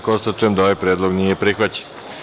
Konstatujem da ovaj predlog nije prihvaćen.